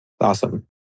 Awesome